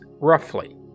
roughly